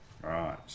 Right